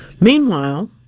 Meanwhile